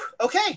Okay